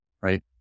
right